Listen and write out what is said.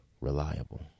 reliable